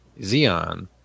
Xeon